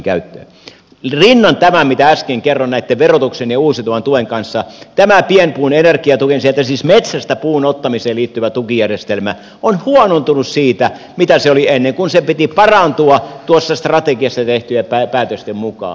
rinnan tämän kanssa mitä äsken kerroin näitten verotuksen ja uusiutuvan tuen kanssa tämä pienpuun energiatuki siis sieltä metsästä puun ottamiseen liittyvä tukijärjestelmä on huonontunut siitä mitä se oli ennen kun sen piti parantua tuossa strategiassa tehtyjen päätösten mukaan